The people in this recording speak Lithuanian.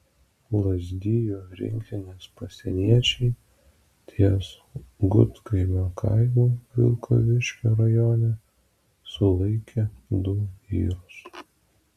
lazdijų rinktinės pasieniečiai ties gudkaimio kaimu vilkaviškio rajone sulaikė du vyrus